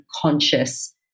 conscious